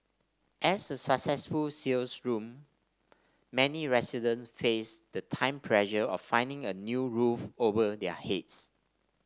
as a successful sales loom many residents face the time pressure of finding a new roof over their heads